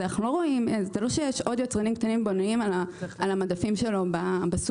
זה לא שיש עוד יצרנים קטנים ובינוניים על המדפים שלו בסופר.